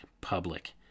public